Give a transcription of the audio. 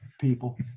people